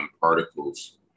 particles